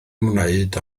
wneud